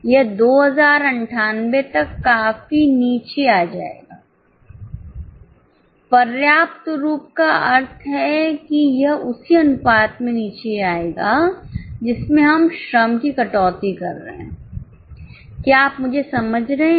यह 2098 तक काफी नीचे आ जाएगा पर्याप्त रूप का अर्थ है कि यह उसी अनुपात में नीचे आएगा जिसमें हम श्रम की कटौती कर रहे हैं क्या आप मुझेसमझ रहे हैं